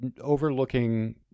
overlooking